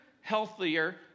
healthier